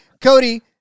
Cody